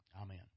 Amen